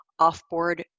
offboard